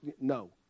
No